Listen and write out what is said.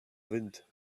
wind